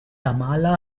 tamala